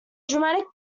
dramatic